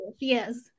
yes